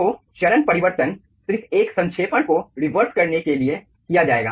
तो चरण परिवर्तन सिर्फ 1 संक्षेपण को रिवर्स करने के लिए किया जाएगा